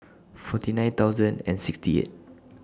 forty nine thousand and sixty eight